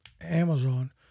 Amazon